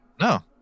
No